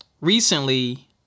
Recently